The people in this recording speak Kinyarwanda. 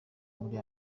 muri